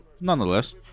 Nonetheless